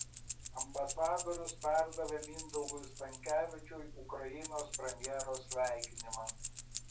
ambasadorius perdavė mindaugui stankevičiui ukrainos premjero sveikinimą